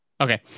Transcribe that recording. Okay